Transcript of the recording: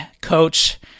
coach